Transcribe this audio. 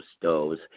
stoves